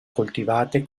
coltivate